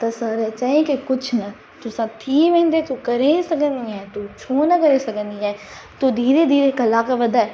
त सर चईं की कुझु न तोसां थी वेंदे तू करे सघंदी आहें तू छो न करे सघंदी आहें तू धीरे धीरे कलाक वधाए